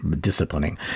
disciplining